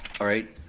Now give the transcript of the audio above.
alright,